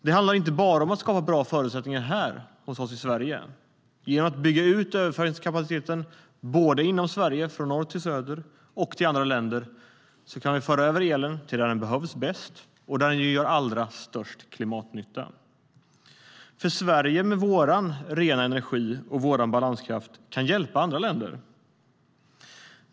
Det handlar inte bara om att skapa bra förutsättningar hos oss i Sverige. Genom att bygga ut överföringskapaciteten, både inom Sverige, från norr till söder, och till andra länder kan vi föra över elen till ställen där den behövs bäst och där den gör allra störst klimatnytta. Vi i Sverige kan med vår rena energi och vår balanskraft hjälpa andra länder.